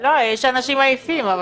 על חיפוש וכל מיני סמכויות שיש למשכן הכנסת,